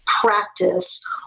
practice